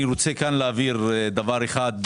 אני רוצה כאן להבהיר דבר אחד,